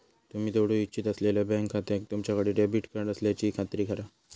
तुम्ही जोडू इच्छित असलेल्यो बँक खात्याक तुमच्याकडे डेबिट कार्ड असल्याची खात्री करा